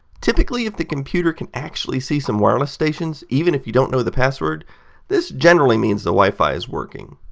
typically if the computer can actually see some wireless stations even if you don't know the password this generally means the wifi is working.